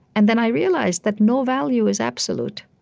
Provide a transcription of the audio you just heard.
and then i realize that no value is absolute.